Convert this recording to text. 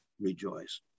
rejoice